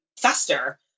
fester